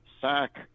sack